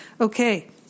Okay